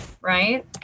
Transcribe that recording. Right